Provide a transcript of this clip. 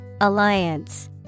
Alliance